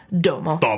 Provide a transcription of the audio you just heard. Domo